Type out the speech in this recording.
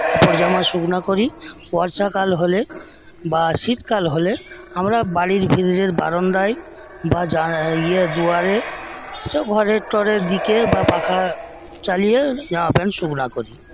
কাপড় জামা শুকনো করি বর্ষাকাল হলে বা শীতকাল হলে আমরা বাড়ির গ্রিলের বারান্দায় বা দুয়ারে সে ঘরের টরের দিকে বা পাখা চালিয়ে জামা প্যান্ট শুকনা করি